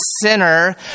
sinner